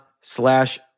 slash